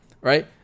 Right